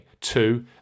two